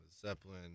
Zeppelin